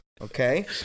Okay